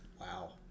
Wow